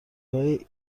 های